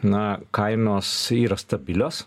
na kainos yra stabilios